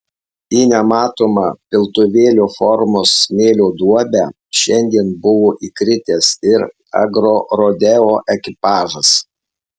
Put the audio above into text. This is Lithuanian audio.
į nematomą piltuvėlio formos smėlio duobę šiandien buvo įkritęs ir agrorodeo ekipažas